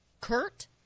Kurt